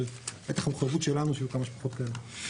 אבל בטח המחוייבות שלנו שיהיה כמה שפחות כאלה.